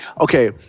okay